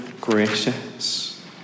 gracious